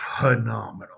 phenomenal